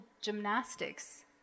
gymnastics